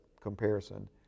comparison